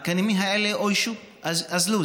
התקנים האלה אוישו, אזלו.